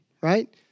right